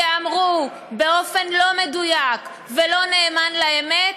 שייאמרו באופן לא מדויק ולא נאמן לאמת,